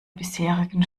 bisherigen